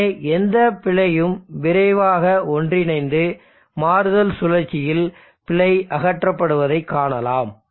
எனவே எந்த பிழையும் விரைவாக ஒன்றிணைந்து மாறுதல் சுழற்சியில் பிழை அகற்றப்படுவதை காணலாம்